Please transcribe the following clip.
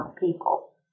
people